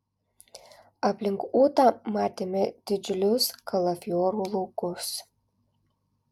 aplink ūtą matėme didžiulius kalafiorų laukus